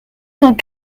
cent